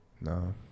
No